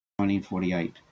1948